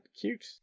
cute